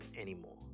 anymore